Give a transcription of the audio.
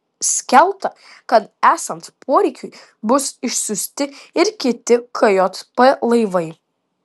skelbta kad esant poreikiui bus išsiųsti ir kiti kjp laivai